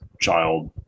child